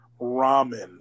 ramen